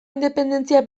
independentzia